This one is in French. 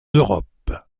europe